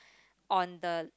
on the